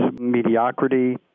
mediocrity